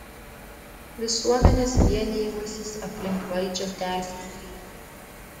visuomenės vienijimasis aplink valdžią tęsiasi